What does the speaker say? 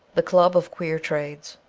the blood of queer trades.